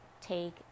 take